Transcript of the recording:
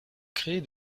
créer